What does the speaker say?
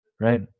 right